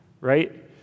right